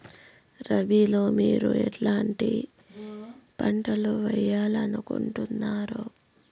రబిలో మీరు ఎట్లాంటి పంటలు వేయాలి అనుకుంటున్నారు?